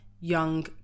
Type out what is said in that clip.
young